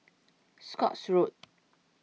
Scotts Road